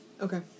Okay